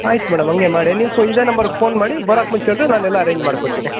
ಆಯ್ತು ಮೇಡಮ್ ಹಂಗೆ ಮಾಡಿ ನೀವು ಫೋ ಇದೇ ನಂಬರಗ್ ಫೋನ್ ಮಾಡಿ ಬರೋಕೆ ಮುಂಚೆ ಹೇಳಿದರೆ ನಾನು ಎಲ್ಲಾ ಅರೇಂಜ್ ಮಾಡ್ಕೊತೀನಿ